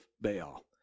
Baal